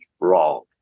wrong